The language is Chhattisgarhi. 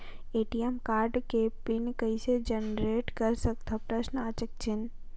ए.टी.एम कारड के पिन कइसे जनरेट कर सकथव?